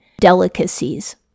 delicacies